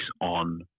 on